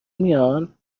میان